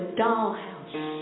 dollhouse